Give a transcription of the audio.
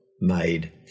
made